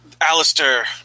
Alistair